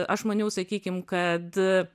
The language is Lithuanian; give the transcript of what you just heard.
aš maniau sakykim kad